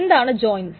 എന്താണ് ജോയിൻസ്